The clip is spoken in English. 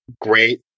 great